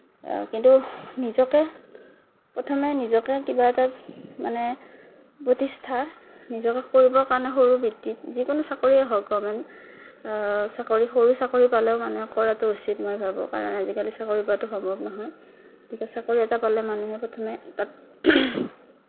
কিন্তু নিজকে প্ৰথমে নিজকে কিবা এটাত মানে প্ৰতিষ্ঠা নিজকে কৰিবৰ কাৰণে সৰু বৃত্তিত যিকোনো চাকৰিয়েই হওক গৰ্মেণ্ট চাকৰি সৰু চাকৰি পালেও মানুহে কৰাটো উচিত মই ভাবোঁ কাৰণ আজিকালি চাকৰি পোৱাটো সম্ভৱ নহয় গতিকে চাকৰি এটা পালে মানুহে প্ৰথমে তাত